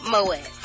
Moet